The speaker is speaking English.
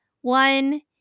One